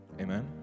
Amen